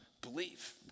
believe